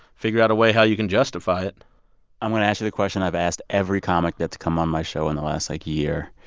figure out a way how you can justify it i'm going to ask you the question i've asked every comic that's come on my show in the last, like, year,